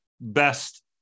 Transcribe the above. BEST